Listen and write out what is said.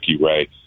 Ray